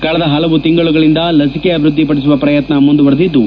ಕಳೆದ ಹಲವು ತಿಂಗಳುಗಳಿಂದ ಲಸಿಕೆ ಅಭಿವೃದ್ಲಿ ಪಡಿಸುವ ಪ್ರಯತ್ನ ಮುಂದುವರೆದದ್ದು